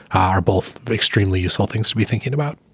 are both extremely useful things to be thinking about.